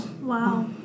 wow